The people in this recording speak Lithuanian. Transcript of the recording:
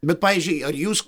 bet pavyzdžiui ar jūs